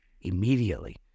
immediately